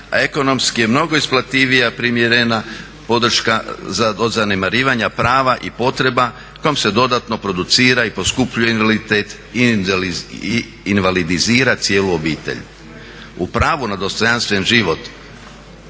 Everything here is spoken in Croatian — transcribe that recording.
a ekonomski je mnogo isplativija primjerna podrška od zanemarivanja prava i potreba kojom se dodatno producira i poskupljuje invaliditet i invalidizira cijelu obitelj. O pravu na dostojanstven život